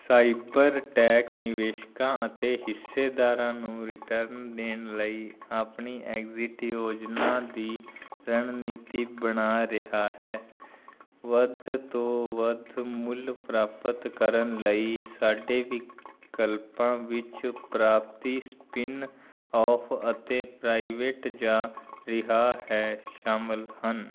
CyberTech ਨਿਵੇਸ਼ਕਾਂ ਅਤੇ ਹਿੱਸੇਦਾਰਾਂ ਨੂੰ ਰਿਟਰਨ ਦੇਣ ਲਈ ਆਪਣੀ ਐਗਜ਼ਿਟ ਯੋਜਨਾ ਦੀ ਰਣਨੀਤੀ ਬਣਾ ਰਿਹਾ ਹੈ ਵੱਧ ਤੋਂ ਵੱਧ ਮੁੱਲ ਪ੍ਰਾਪਤ ਕਰਨ ਲਈ ਸਾਡੇ ਵਿਕਲਪਾਂ ਵਿੱਚ ਪ੍ਰਾਪਤੀ ਸਪਿੱਨ ਆਫ ਅਤੇ ਪ੍ਰਾਈਵੇਟ ਜਾ ਰਿਹਾ ਹੈ ਸ਼ਾਮਲ ਹਨ